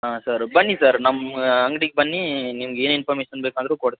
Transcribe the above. ಹಾಂ ಸರ್ ಬನ್ನಿ ಸರ್ ನಮ್ಮ ಅಂಗ್ಡಿಗೆ ಬನ್ನಿ ನಿಮಗೆ ಏನು ಇನ್ಫಾರ್ಮೇಶನ್ ಬೇಕಾದರು ಕೊಡ